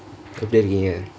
எப்படி இருக்கீங்க:eppadi irukkingka